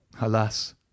Alas